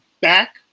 back